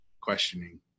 questioning